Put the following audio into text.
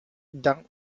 dung